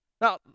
Now